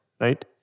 right